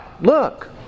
look